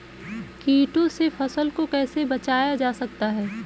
कीटों से फसल को कैसे बचाया जा सकता है?